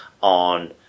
on